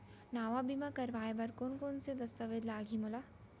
नवा बीमा करवाय बर कोन कोन स दस्तावेज लागही मोला?